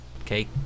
Okay